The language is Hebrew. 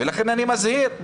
ולכן אני מזהיר.